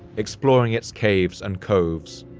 exploring its caves and coves,